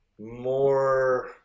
more